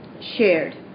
shared